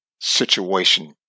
situation